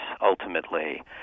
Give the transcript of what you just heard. ultimately